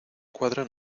cuadra